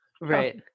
right